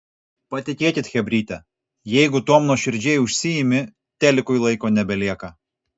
patikėkit chebryte jeigu tuom nuoširdžiai užsiimi telikui laiko nebelieka